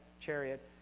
chariot